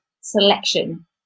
selection